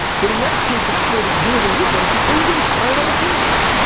but in that case it's clear that you are the weird one, because what are you doing spying on the teenagers,